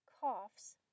coughs